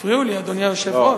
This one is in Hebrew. הפריעו לי, אדוני היושב-ראש.